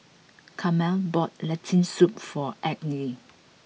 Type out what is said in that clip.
Carmel bought Lentil Soup for egg knee